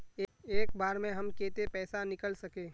एक बार में हम केते पैसा निकल सके?